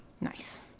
Nice